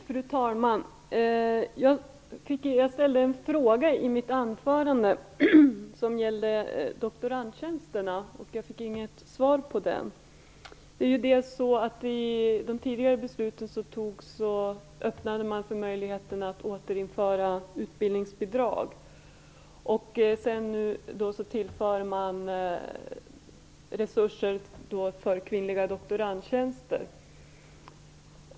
Fru talman! Jag ställde i mitt anförande en fråga som gällde doktorandtjänsterna, men jag fick inget svar. I de beslut som fattades tidigare öppnade man för möjligheten att återinföra utbildningsbidrag, och nu tillför man resurser för kvinnliga doktorandtjänster.